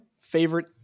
favorite